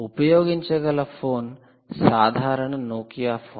ఉపయోగించగల ఫోన్ సాధారణ Nokia phone